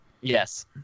Yes